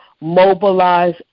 mobilize